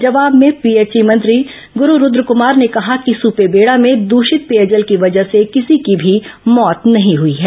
जवाब में पीएचई मंत्री गुरू रूदकमार ने कहा कि सपेवेडा में दृषित पेयजल की वजह से किसी की भी मौत नहीं हुई है